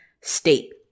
State